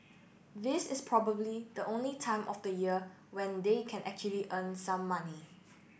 this is probably the only time of the year when they can actually earn some money